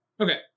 Okay